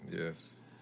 yes